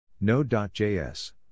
Node.js